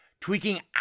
tweaking